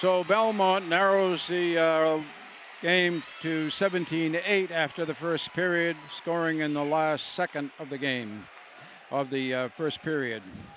so belmont narrows the game to seventeen eight after the first period scoring in the last second of the game of the first period